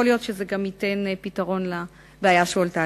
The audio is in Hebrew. יכול להיות שזה גם ייתן פתרון לבעיה שהעלית.